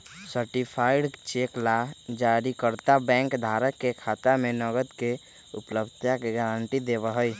certified cheque ला जारीकर्ता bank धारक के खाता में नकद के उपलब्धता के गारंटी देवा हई